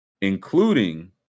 including